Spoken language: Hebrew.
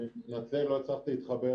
אני מתנצל, לא הצלחתי להתחבר